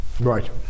Right